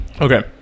okay